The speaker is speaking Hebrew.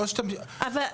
לא,